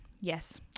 yes